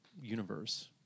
Universe